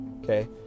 Okay